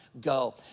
go